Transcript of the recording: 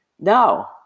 No